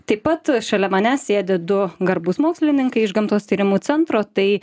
taip pat šalia manęs sėdi du garbūs mokslininkai iš gamtos tyrimų centro tai